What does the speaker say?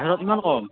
তাত ইমান কম